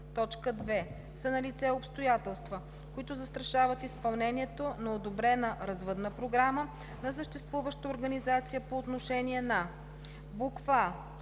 са налице обстоятелства, които застрашават изпълнението на одобрена развъдна програма на съществуваща организация по отношение на: а)